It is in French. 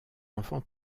enfants